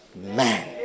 man